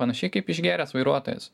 panašiai kaip išgėręs vairuotojas